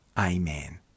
Amen